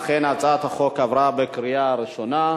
אכן, הצעת החוק עברה בקריאה ראשונה,